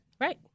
Right